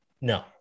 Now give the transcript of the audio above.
No